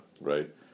right